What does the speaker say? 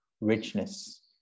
richness